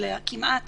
לכמעט